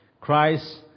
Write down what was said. Christ